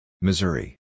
Missouri